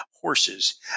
horses